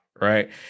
Right